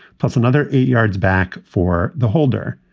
plus another eight yards back for the holder.